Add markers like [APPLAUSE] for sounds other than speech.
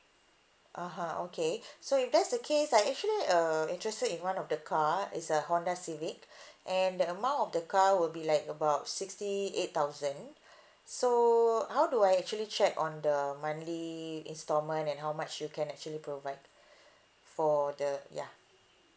(uh huh) okay [BREATH] so if that's the case I actually uh interested in one of the car it's a honda civic [BREATH] and the amount of the car will be like about sixty eight thousand [BREATH] so how do I actually check on the monthly instalment and how much you can actually provide [BREATH] for the ya